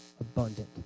abundant